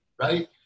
right